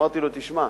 אמרתי לו: תשמע,